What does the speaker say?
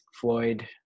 Floyd